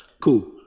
cool